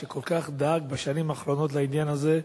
שכל כך דאג בשנים האחרונות לעניין הזה,